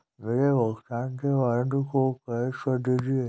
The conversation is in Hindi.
मेरे भुगतान के वारंट को कैश कर दीजिए